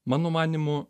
mano manymu